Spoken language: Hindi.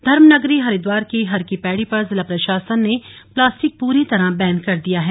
धर्म नगरी हरिद्वार की हरकी पैड़ी पर जिला प्रशासन ने प्लास्टिक प्ररी तरह बैन कर दिया है